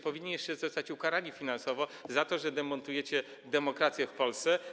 Powinniście jeszcze zostać ukarani finansowo za to, że demontujecie demokrację w Polsce.